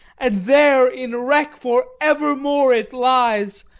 and there in wreck for evermore it lies,